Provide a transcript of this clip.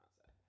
outside